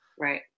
Right